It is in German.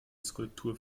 skulptur